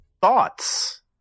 thoughts